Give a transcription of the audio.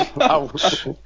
Ouch